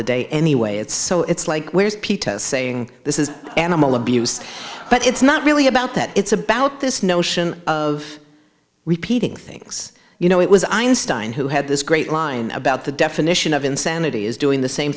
the day anyway it's so it's like where's peta saying this is animal abuse but it's not really about that it's about this notion of repeating things you know it was einstein who had this great line about the definition of insanity is doing the same